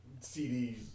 CDs